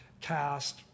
cast